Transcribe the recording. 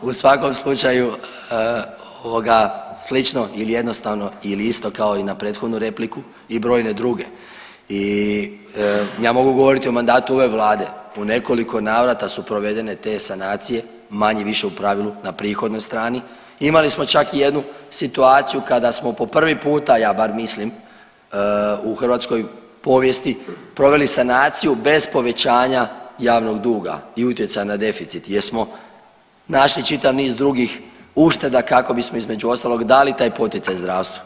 U svakom slučaju, ovoga, slično ili jednostavno ili isto kao i na prethodnu repliku i brojne druge i ja mogu govoriti o mandatu ove Vlade, u nekoliko navrata su provedene te sanacije, manje-više u pravilu na prihodnoj strani, imali smo čak i jednu situaciju kada smo po prvi puta, ja bar mislim, u hrvatskoj povijesti proveli sanaciju bez povećanja javnog duga i utjecaja na deficit jer smo našli čitav niz drugih ušteda kako bismo, između ostalog, dali taj poticaj zdravstvu.